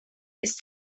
ist